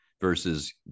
versus